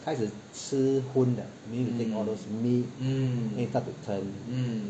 开始吃荤 meaning we take all those meat then it starts to turn